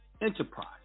enterprise